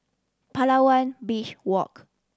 Palawan Beach Walk